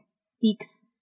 speaks